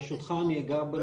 ברשותך, אני אגע בנקודות האלה.